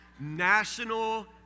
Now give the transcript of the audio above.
National